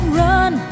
run